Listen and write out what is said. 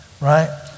right